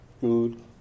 Good